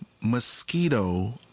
mosquito